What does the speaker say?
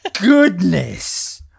goodness